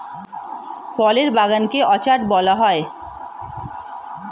ফলের বাগান কে অর্চার্ড বলা হয়